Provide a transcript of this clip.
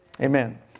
Amen